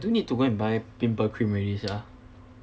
do need to go and buy pimple cream already sia